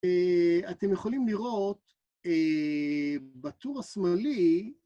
אתם יכולים לראות בטור השמאלי...